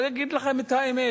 אגיד לכם את האמת,